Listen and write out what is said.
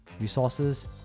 resources